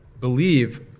believe